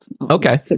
Okay